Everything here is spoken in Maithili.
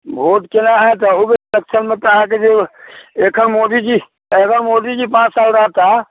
भोट केना होयत अहू बेर इलेक्शनमे तऽ अहाँकेँ जे अखन मोदी जी एहि बेर मोदी जी पाँच साल रहता